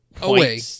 away